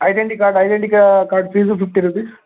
identity card identity card fees fifty rupees